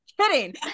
kidding